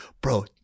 bro